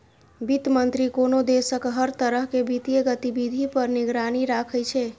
वित्त मंत्री कोनो देशक हर तरह के वित्तीय गतिविधि पर निगरानी राखै छै